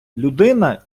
людина